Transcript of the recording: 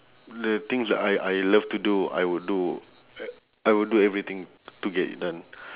the things that I I love to do I would do I would do everything to get it done